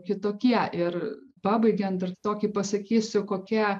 kitokie ir pabaigiant ir tokį pasakysiu kokia